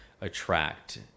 attract